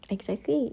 exactly